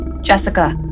Jessica